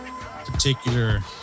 particular